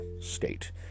state